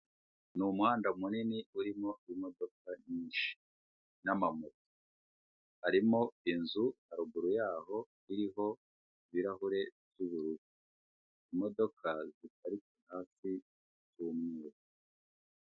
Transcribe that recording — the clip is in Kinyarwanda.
Umuhanda munini urimo imodoka nyinshi n'amamoto harimo inzu haruguru yaho iriho ibirahure by'ubururu, imodoka ziparitse hafi z'umweru.